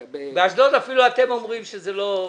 באשדוד אפילו אתם אומרים שזה לא מתאים.